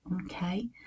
Okay